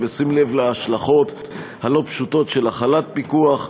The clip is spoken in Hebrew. ובשים לב להשלכות הלא-פשוטות של החלת פיקוח.